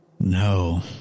No